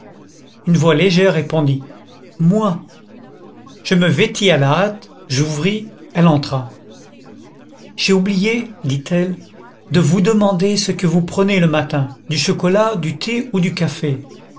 une voix légère répondit moi je me vêtis à la hâte j'ouvris elle entra j'ai oublié dit-elle de vous demander ce que vous prenez le matin du chocolat du thé ou du café